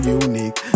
unique